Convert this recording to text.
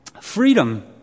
freedom